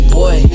boy